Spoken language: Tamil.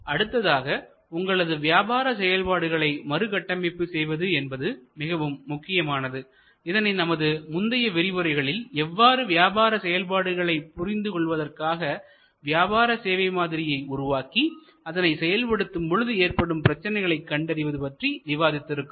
அடுத்ததாக உங்களது வியாபார செயல்பாடுகளை மறுகட்டமைப்பு செய்வது என்பது மிகவும் முக்கியமானது இதனை நமது முந்தைய விரிவுரைகளில் எவ்வாறு வியாபார செயல்பாடுகளை புரிந்து கொள்வதற்காக வியாபார சேவை மாதிரியை உருவாக்கி அதனை செயல்படுத்தும் பொழுது ஏற்படும் பிரச்சனைகளை கண்டறிவது பற்றி விவாதித்திருக்கிறோம்